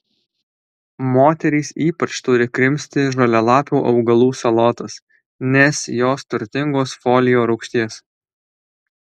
moterys ypač turi krimsti žalialapių augalų salotas nes jos turtingos folio rūgšties